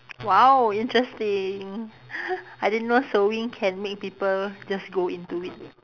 !wow! interesting I didn't know sewing can make people just go into it